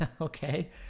okay